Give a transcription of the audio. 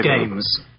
games